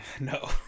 No